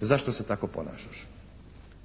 zašto se tako ponašaš.